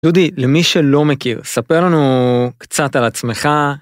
דודי, למי שלא מכיר, ספר לנו קצת על עצמך.